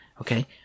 okay